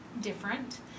different